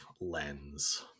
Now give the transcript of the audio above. lens